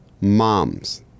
moms